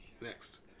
next